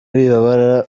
wibabara